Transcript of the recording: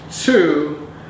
Two